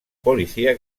policía